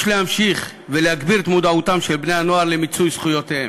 יש להמשיך ולהגביר את מודעותם של בני-הנוער למיצוי זכויותיהם.